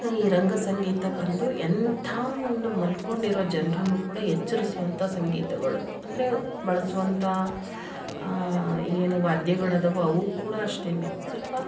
ಈ ರಂಗ ಸಂಗೀತ ಬಂದು ಎಂಥಾ ಒಂದು ಮಲ್ಕೊಂಡಿರೊ ಜನರನ್ನು ಕೂಡ ಎಚ್ಚರ್ಸುವಂಥಾ ಸಂಗೀತಗಳು ಅಂದರೆ ಬಳಸುವಂಥಾ ಏನು ವಾದ್ಯಗಳಾದವೊ ಅವು ಕೂಡ ಅಷ್ಟೇನೆ ಸ್ವಲ್ಪ